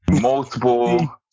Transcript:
multiple